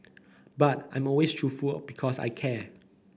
but I'm always truthful because I care